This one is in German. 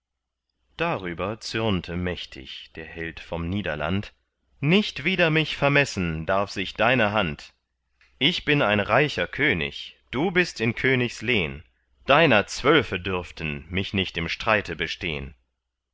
darüber zürnte mächtig der held vom niederland nicht wider mich vermessen darf sich deine hand ich bin ein reicher könig du bist in königs lehn deiner zwölfe dürften mich nicht im streite bestehn